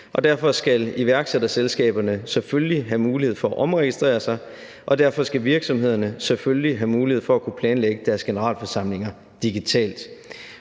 Derfor skal iværksætterselskaberne selvfølgelig have mulighed for at omregistrere sig, og derfor skal virksomhederne selvfølgelig have mulighed for at kunne planlægge deres generalforsamlinger digitalt.